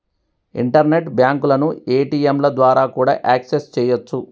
internet బ్యాంకులను ఏ.టీ.యంల ద్వారా కూడా యాక్సెస్ చెయ్యొచ్చు